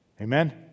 Amen